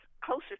closer